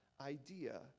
idea